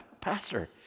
pastor